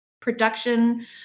production